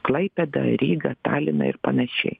klaipėdą rygą taliną ir panašiai